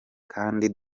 kandi